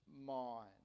mind